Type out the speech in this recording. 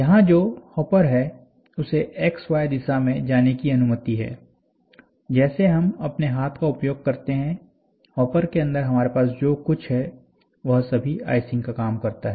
यहां जो हॉपर है उसे एक्स वाय दिशा में जाने की अनुमति है जैसे हम अपने हाथ का उपयोग करते हैं हॉपर के अंदर हमारे पास जो कुछ है वह सभी आइसिंग का काम करता है